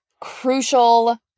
crucial